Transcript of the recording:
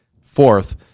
fourth